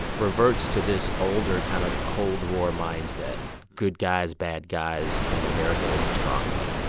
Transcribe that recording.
reverts to this older, kind of cold war mindset good guys, bad guys. and america is a strongman.